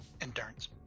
Endurance